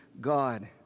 God